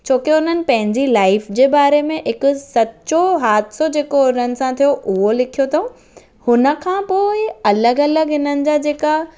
छोकी हुननि पंहिंजी लाइफ जे बारे में हिकु सचो हादसो जेको हुननि सां थियो उहो लिखियो अथऊं हुन खां पोइ अलॻि अलॻि हिननि जा जेका